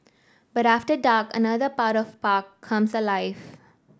but after dark another part of park comes alive